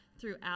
throughout